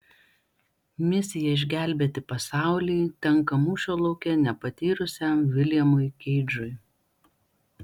misija išgelbėti pasaulį tenka mūšio lauke nepatyrusiam viljamui keidžui